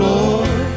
Lord